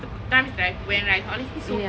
the times that I've went right honestly so fun